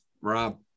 Rob